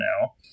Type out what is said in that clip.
now